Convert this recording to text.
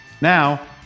Now